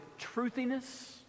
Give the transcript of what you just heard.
truthiness